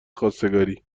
خواستگاری